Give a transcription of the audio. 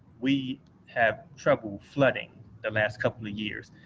we've had trouble flooding the last couple of years.